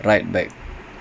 no lah but